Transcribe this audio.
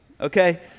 Okay